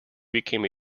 became